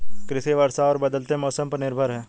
कृषि वर्षा और बदलते मौसम पर निर्भर है